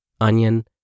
onion